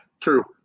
true